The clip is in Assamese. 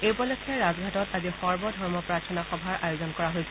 এই উপলক্ষে ৰাজঘাটত আজি সৰ্বধৰ্ম প্ৰাৰ্থনা সভাৰ আয়োজন কৰা হৈছে